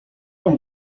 pan